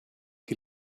die